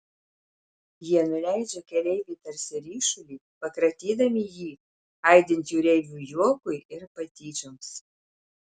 jie nuleidžia keleivį tarsi ryšulį pakratydami jį aidint jūreivių juokui ir patyčioms